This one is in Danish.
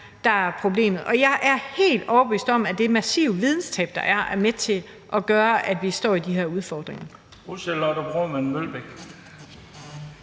der er problemet. Jeg er helt overbevist om, at det massive videnstab, der er, er med til at gøre, at vi står i de her udfordringer.